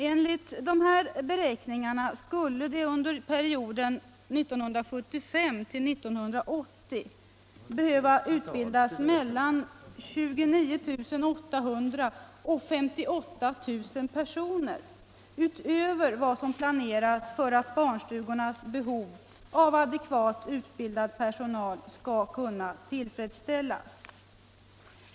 Enligt de här beräkningarna skulle det under perioden 1975-1980 behöva utbildas mellan 29 800 och 58 000 personer utöver vad som planeras för att barnstugornas behov av adekvat utbildad personal skall kunna tillfredsställas.